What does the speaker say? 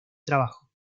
trabajo